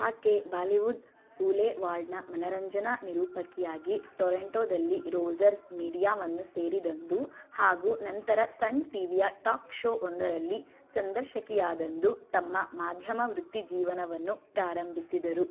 ಆಕೆ ಬಾಲಿವುಡ್ ಬೂಲೆವಾರ್ಡ್ನ ಮನರಂಜನಾ ನಿರೂಪಕಿಯಾಗಿ ಟೊರೊಂಟೊದಲ್ಲಿ ರೋಜರ್ಸ್ ಮೀಡಿಯಾವನ್ನು ಸೇರಿದಂದು ಹಾಗೂ ನಂತರ ಸನ್ ಟಿವಿಯ ಟಾಕ್ ಷೋ ಒಂದರಲ್ಲಿ ಸಂದರ್ಶಕಿಯಾದಂದು ತಮ್ಮ ಮಾಧ್ಯಮ ವೃತ್ತಿಜೀವನವನ್ನು ಪ್ರಾರಂಭಿಸಿದರು